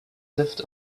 lived